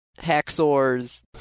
hacksaws